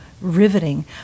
riveting